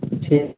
छओ फिट